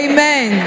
Amen